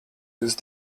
use